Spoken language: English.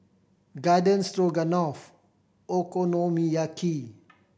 Garden Stroganoff Okonomiyaki